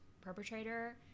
perpetrator